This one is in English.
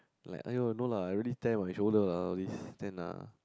like !aiyo! no lah I already tear my shoulder lah all this then lah